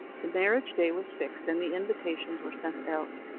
the marriage-day was fixed, and the invitations were sent out.